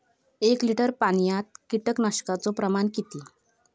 एक लिटर पाणयात कीटकनाशकाचो प्रमाण किती?